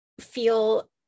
feel